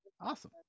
Awesome